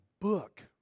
book